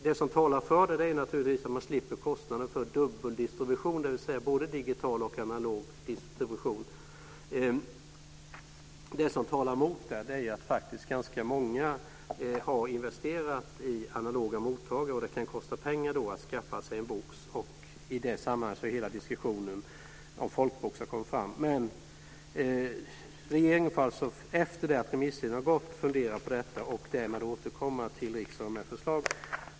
Det som talar för är naturligtvis att man slipper kostnader för dubbel distribution, dvs. både digital och analog distribution. Det som talar emot är att faktiskt ganska många har investerat i analoga mottagare, och det kan kosta pengar att skaffa sig en box. Det var i det sammanhanget hela diskussionen om folkboxen togs upp. Regeringen får alltså efter det att remisstiden har gått ut fundera på detta och därefter återkomma till riksdagen med förslag.